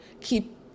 keep